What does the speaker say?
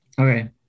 Okay